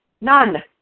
None